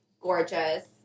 gorgeous